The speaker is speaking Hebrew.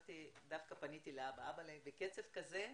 ודווקא פניתי לאבא ואמרתי לו שבקצב כזה,